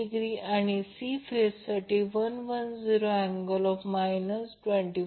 तर phase a साठी phase voltage VAN angle 110° हे दिले आहे